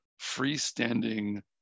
freestanding